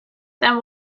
then